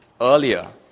earlier